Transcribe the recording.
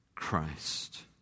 Christ